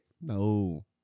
No